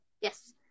Yes